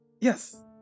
Yes